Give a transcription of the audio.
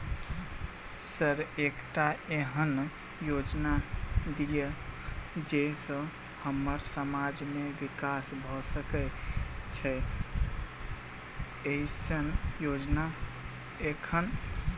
Sir एकटा एहन योजना दिय जै सऽ हम्मर समाज मे विकास भऽ सकै छैय एईसन योजना एखन?